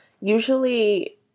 Usually